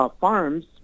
Farms